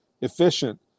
efficient